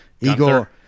Igor